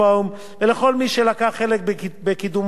ולכל מי שלקח חלק בקידומו של החוק.